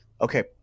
Okay